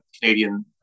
Canadian